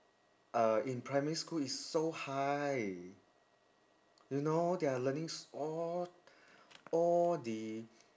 uh in primary school is so high you know they are learning all all the